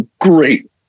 Great